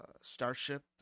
Starship